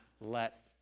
let